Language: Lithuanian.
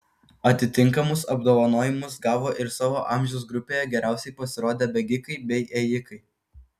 atitinkamus apdovanojimus gavo ir savo amžiaus grupėje geriausiai pasirodę bėgikai bei ėjikai